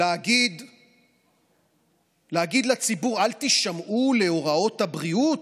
להגיד לציבור: אל תישמעו להוראות הבריאות?